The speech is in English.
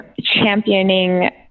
championing